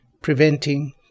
preventing